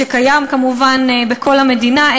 שקיים כמובן בכל המדינה,